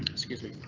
excuse me